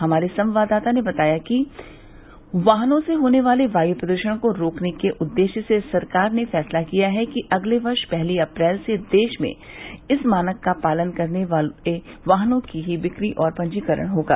हमारे संवाददाता ने बताया है कि वाहनों से होने वाले वायु प्रदूषण को रोकने के उद्देश्य से सरकार ने फैसला किया है कि अगले वर्ष पहली अप्रैल से देश में इस मानक का पालन करने वाले वाहनों की ही बिक्री और पंजीकरण होगा